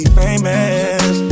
famous